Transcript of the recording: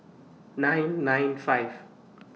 nine nine five